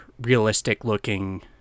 realistic-looking